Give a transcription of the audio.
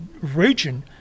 region